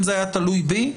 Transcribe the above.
אם זה היה תלוי בי,